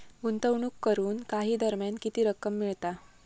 गुंतवणूक करून काही दरम्यान किती रक्कम मिळता?